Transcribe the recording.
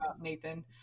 nathan